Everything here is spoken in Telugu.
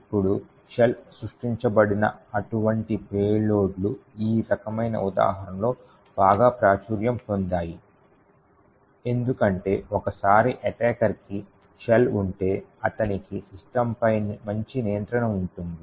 ఇప్పుడు షెల్ సృష్టించబడిన అటువంటి పేలోడ్లు ఈ రకమైన ఉదాహరణలలో బాగా ప్రాచుర్యం పొందాయి ఎందుకంటే ఒకసారి ఎటాకర్కి షెల్ ఉంటే అతనికి సిస్టమ్ పై మంచి నియంత్రణ ఉంటుంది